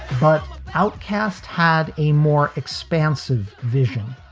but outcaste had a more expansive vision.